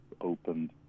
opened